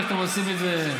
או שאתם עושים את זה,